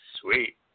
Sweet